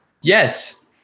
Yes